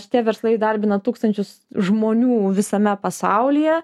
šitie verslai įdarbina tūkstančius žmonių visame pasaulyje